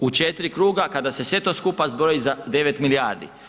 U 4 kruga kada se sve to skupa zbroji za 9 milijardi.